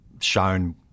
shown